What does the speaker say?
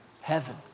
Heaven